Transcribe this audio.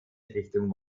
richtung